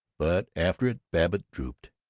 but after it babbitt drooped.